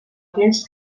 aquells